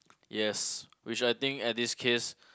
yes which I think at this case